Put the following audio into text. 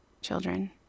children